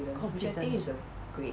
confidence